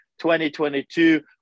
2022